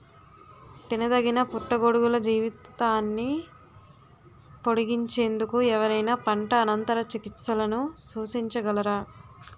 తినదగిన పుట్టగొడుగుల జీవితాన్ని పొడిగించేందుకు ఎవరైనా పంట అనంతర చికిత్సలను సూచించగలరా?